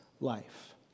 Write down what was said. life